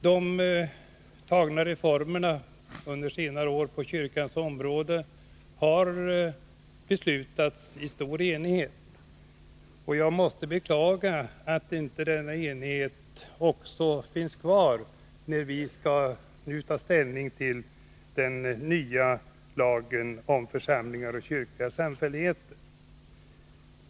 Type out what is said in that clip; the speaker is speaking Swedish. De reformer som under senare år har gjorts på kyrkans område har beslutats i stor enighet, och jag måste beklaga att inte denna enighet också finns kvar när vi nu skall ta ställning till den nya lagen om församlingar och kyrkliga samfälligheter.